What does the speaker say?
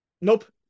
Nope